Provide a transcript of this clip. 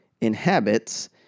inhabits